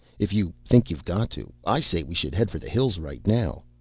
if you think you've got to. i say we should head for the hills right now.